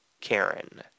Karen